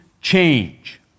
change